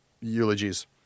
eulogies